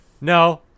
no